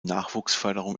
nachwuchsförderung